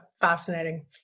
Fascinating